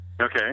Okay